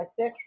bisexual